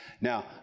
Now